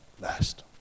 last